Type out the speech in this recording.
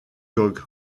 gogh